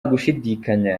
gushidikanya